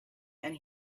and